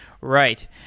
Right